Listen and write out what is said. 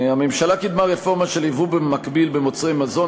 הממשלה קידמה רפורמה של ייבוא מקביל במוצרי מזון,